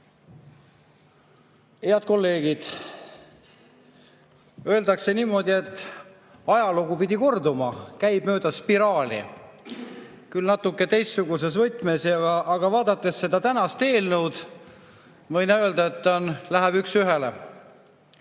Head kolleegid! Öeldakse niimoodi, et ajalugu kordub, käib mööda spiraali. Küll natuke teistsuguses võtmes, aga vaadates seda tänast eelnõu, ma võin öelda, et see [klapib] üks ühele.